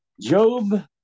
Job